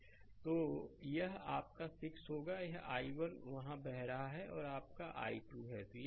slide समय देखें 3125 तो यह आपका 6 होगा यह i1 वहां बह रहा है और यह आपका i2 है